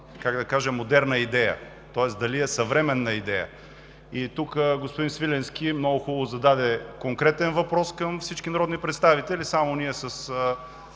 как да кажа, модерна идея, тоест дали е съвременна идея. Господин Свиленски много хубаво зададе конкретен въпрос към всички народни представители, само ние с